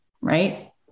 right